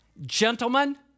Gentlemen